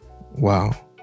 Wow